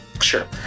Sure